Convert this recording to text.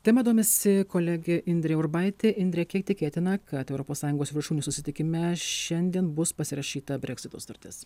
tema domisi kolegė indrė urbaitė indre kiek tikėtina kad europos sąjungos viršūnių susitikime šiandien bus pasirašyta breksito sutartis